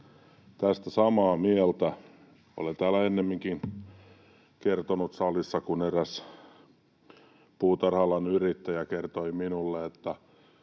tästä samaa mieltä. Olen täällä salissa ennenkin kertonut, kun eräs puutarha-alan yrittäjä kertoi minulle, että